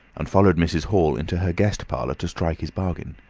and followed mrs. hall into her guest parlour to strike his bargain.